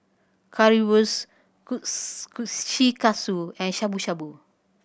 Currywurst Kushikatsu and Shabu Shabu